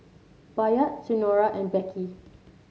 Bayard Senora and Beckie